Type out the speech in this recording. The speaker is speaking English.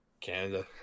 canada